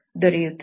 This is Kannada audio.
ದೊರೆಯುತ್ತದೆ